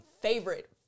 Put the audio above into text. favorite